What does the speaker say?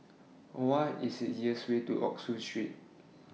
What IS The easiest Way to Oxford Street